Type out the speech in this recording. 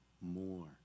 more